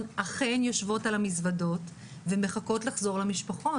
אכן יושבות על המזוודות ומחכות לחזור למשפחות,